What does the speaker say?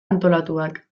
antolatuak